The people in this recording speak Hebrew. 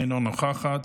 אינה נוכחת.